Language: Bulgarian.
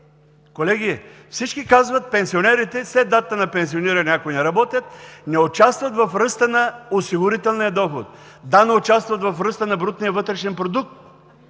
колеги, всички казват: пенсионерите след датата на пенсиониране, ако не работят, не участват в ръста на осигурителния доход. Да, но участват в ръста на брутния вътрешен продукт!